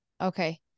Okay